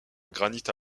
granite